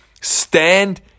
stand